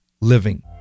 living